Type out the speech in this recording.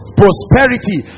prosperity